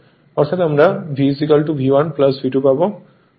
অর্থাৎ আমরা V V1 V2 পাবো